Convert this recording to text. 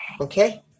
okay